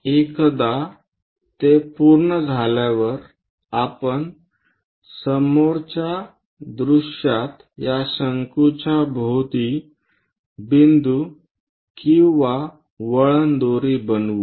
एकदा ते पूर्ण झाल्यावर आपण समोरच्या दृश्यात या शंकूच्या भोवती बिंदू किंवा वळण दोरी बनवू